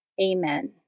Amen